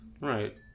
Right